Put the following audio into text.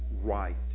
right